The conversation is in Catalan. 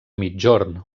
migjorn